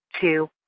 two